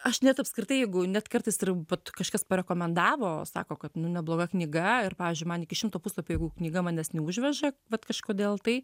aš net apskritai jeigu net kartais yra pat kažkas parekomendavo sako kad nebloga knyga ir pavyzdžiui man iki šimto puslapių jeigu knyga manęs neužveža vat kažkodėl tai